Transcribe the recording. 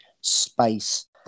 space